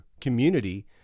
community